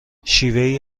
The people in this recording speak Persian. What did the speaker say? شیوهای